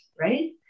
right